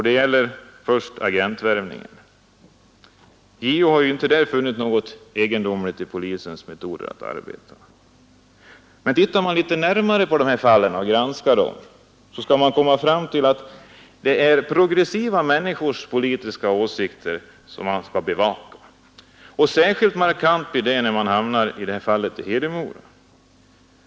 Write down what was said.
Det gäller först agentvärvningen. JO har inte funnit något egendomligt i polisens metoder. Men granskar man fallen litet närmare kommer man fram till att det är människor med progressiva politiska åsikter som skall bevakas. Särskilt markant är detta i fråga om fallet i Hedemora.